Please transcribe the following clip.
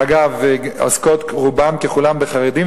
שאגב, עוסקות רובן ככולן בחרדים.